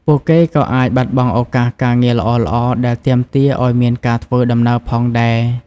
ពួកគេក៏អាចបាត់បង់ឱកាសការងារល្អៗដែលទាមទារឱ្យមានការធ្វើដំណើរផងដែរ។